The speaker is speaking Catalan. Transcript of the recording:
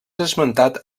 esmentat